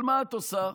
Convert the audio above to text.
אבל מה את עושה?